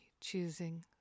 choosing